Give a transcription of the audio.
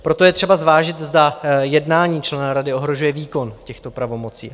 Proto je třeba zvážit, zda jednání člena rady ohrožuje výkon těchto pravomocí.